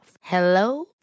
hello